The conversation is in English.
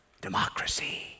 Democracy